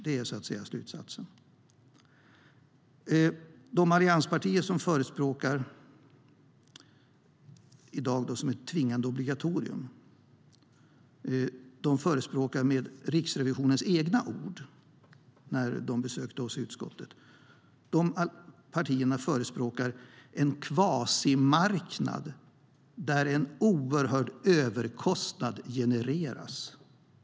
Det är slutsatsen.De allianspartier som i dag förespråkar vårdvalet som ett obligatorium förespråkar med Riksrevisionens egna ord, från när de besökte utskottet, en kvasimarknad där en oerhörd överkostnad genereras.